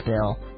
bill